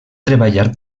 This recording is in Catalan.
treballar